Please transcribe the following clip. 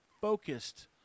focused